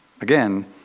again